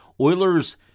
Oilers